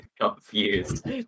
Confused